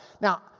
now